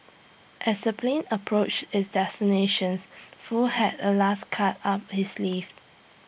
as the plane approached its destinations Foo had A last card up his sleeve